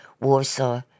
Warsaw